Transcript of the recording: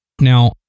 Now